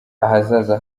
ahazaza